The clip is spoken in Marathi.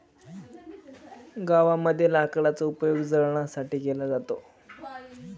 गावामध्ये लाकडाचा उपयोग जळणासाठी केला जातो